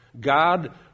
God